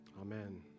Amen